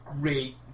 Great